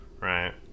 Right